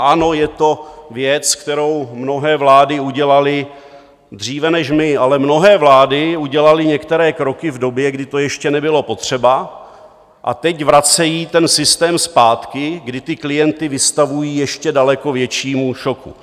Ano, je to věc, kterou mnohé vlády udělaly dříve než my, ale mnohé vlády udělaly některé kroky v době, kdy to ještě nebylo potřeba, a teď vracejí ten systém zpátky, kdy klienty vystavují ještě daleko většímu šoku.